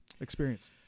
experience